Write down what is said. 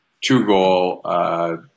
two-goal